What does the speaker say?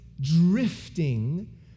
drifting